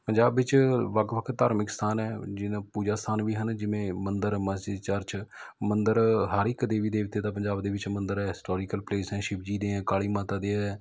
ਪੰਜਾਬ ਵਿੱਚ ਵੱਖ ਵੱਖ ਧਾਰਮਿਕ ਸਥਾਨ ਹੈ ਜਿੱਦਾਂ ਪੂਜਾ ਸਥਾਨ ਵੀ ਹਨ ਜਿਵੇਂ ਮੰਦਰ ਮਸਜਿਦ ਚਰਚ ਮੰਦਰ ਹਰ ਇੱਕ ਦੇਵੀ ਦੇਵਤੇ ਦਾ ਪੰਜਾਬ ਦੇ ਵਿੱਚ ਮੰਦਰ ਹੈ ਹਿਸਟੋਰੀਕਲ ਪਲੇਸ ਐਂ ਸ਼ਿਵਜੀ ਦੇ ਐਂ ਕਾਲੀ ਮਾਤਾ ਦੇ ਹੈ